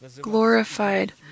glorified